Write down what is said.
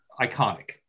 iconic